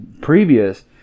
previous